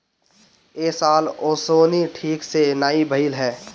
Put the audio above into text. ए साल ओंसउनी ठीक से नाइ भइल हअ